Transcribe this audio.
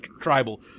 Tribal